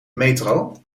metro